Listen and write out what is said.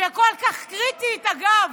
שכל כך קריטית, אגב,